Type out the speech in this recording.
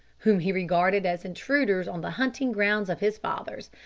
whom he regarded as intruders on the hunting grounds of his fathers,